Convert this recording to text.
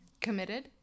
committed